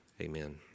amen